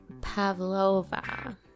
Pavlova